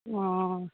ও